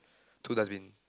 two dustbin